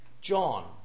John